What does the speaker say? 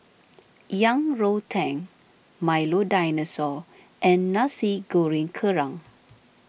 Yang Rou Tang Milo Dinosaur and Nasi Goreng Kerang